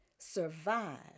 survive